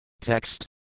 Text